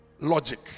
logic